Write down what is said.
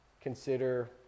consider